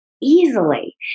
Easily